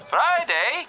Friday